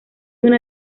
una